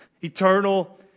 Eternal